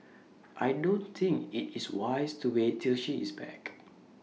I don't think IT is wise to wait till she is back